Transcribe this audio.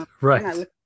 right